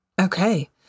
Okay